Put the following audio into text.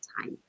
time